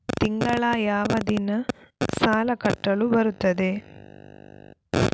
ತಿಂಗಳ ಯಾವ ದಿನ ಸಾಲ ಕಟ್ಟಲು ಬರುತ್ತದೆ?